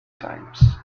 times